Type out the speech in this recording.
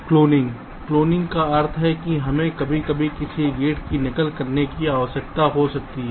cloning cloning का अर्थ है कि हमें कभी कभी किसी गेट की नकल करने की आवश्यकता हो सकती है